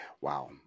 Wow